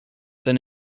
than